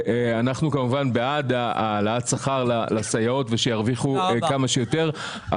אנחנו כמובן בעד העלאת שכר לסייעות ושירוויחו כמה שיותר,